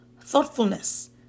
Thoughtfulness